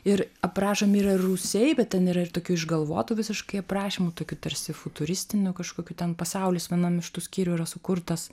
ir aprašomi yra rūsiai bet ten yra ir tokių išgalvotų visiškai aprašymų tokių tarsi futuristinių kažkokių ten pasaulis vienam iš tų skyrių yra sukurtas